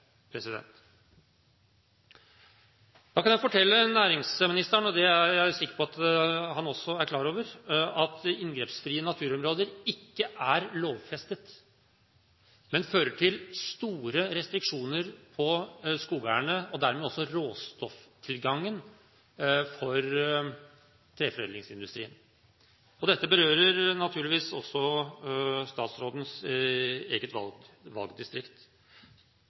Da kan jeg fortelle næringsministeren – og det er jeg sikker på at han også er klar over – at inngrepsfrie naturområder ikke er lovfestet, men legger store restriksjoner på skogeierne og dermed også på råstofftilgangen for treforedlingsindustrien. Dette berører naturligvis også statsrådens eget valgdistrikt.